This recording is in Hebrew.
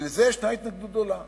כי לזה ישנה התנגדות גדולה.